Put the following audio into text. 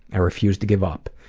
i refused to give up,